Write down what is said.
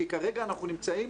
כי כרגע אנחנו נמצאים,